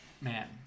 man